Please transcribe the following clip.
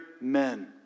men